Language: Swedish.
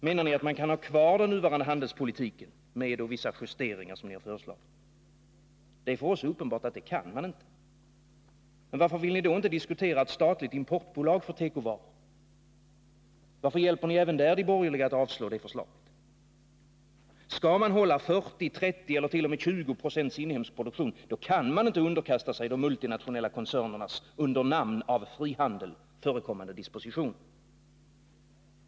Menar ni att man kan ha kvar den nuvarande handelspolitiken, med vissa justeringar som ni föreslagit? Det är för oss uppenbart att man inte kan det. Men varför vill ni då inte diskutera ett statligt importbolag för tekovaror? Varför hjälper ni även där de borgerliga att avslå det förslaget? Skall man hålla 40, 30 eller t.o.m. 20 procents inhemsk produktion, då kan man inte underkasta sig de multinationella koncernernas under namn av frihandel förekommande dispositioner.